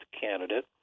candidate